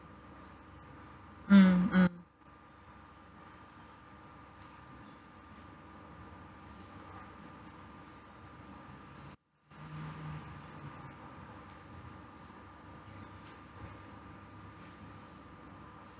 mm mm